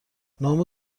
نام